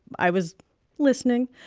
i was listening,